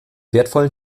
wertvollen